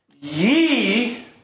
ye